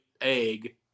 egg